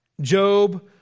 Job